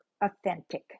authentic